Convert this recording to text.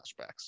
flashbacks